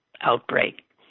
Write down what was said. outbreak